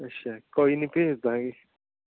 ਅੱਛਾ ਕੋਈ ਨਹੀਂ ਭੇਜ ਦਾਂਗੇ